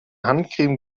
handcreme